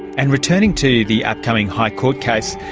and returning to the upcoming high court case,